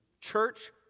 Church